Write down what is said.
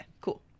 cool